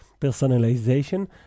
personalization